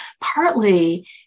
partly